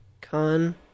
con